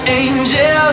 angel